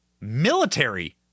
military